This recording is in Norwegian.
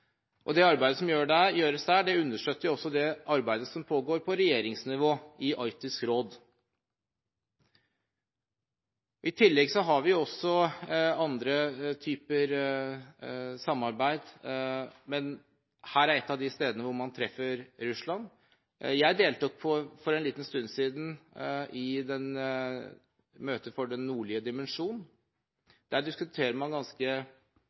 Det arbeidet som gjøres der, understøtter også det arbeidet som pågår på regjeringsnivå i Arktisk råd. I tillegg har vi også andre typer samarbeid, men dette er et av stedene hvor man treffer Russland. Jeg deltok for en liten stund siden i møtet for Den nordlige dimensjon. Der diskuterer man ganske